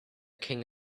king